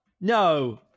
No